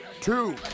two